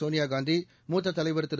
சோனியாகாந்தி மூத்த தலைவர் திரு